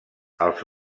els